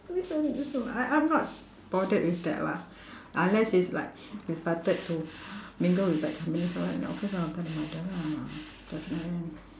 listen listen I I'm not bothered with that lah unless it's like he started to mingle with bad companies of course I'll tell the mother lah definitely